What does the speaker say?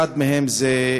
אחד מהם הוא,